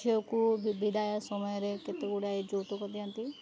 ଝିଅକୁ ବି ବିଦାୟ ସମୟରେ କେତେ ଗୁଡ଼ାଏ ଯୌତୁକ ଦିଅନ୍ତି